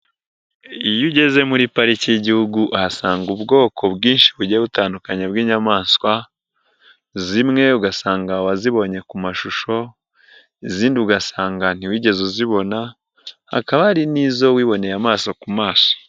Iyo ugeze muri pariki y'Igihugu uhasanga ubwoko bwinshi bujya butandukanye bw'inyamaswa, zimwe ugasanga wazibonye ku mashusho, izindi ugasanga ntiwigeze uzibona, hakaba hari n'izo wiboneye amaso ku maso.